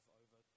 over